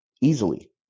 easily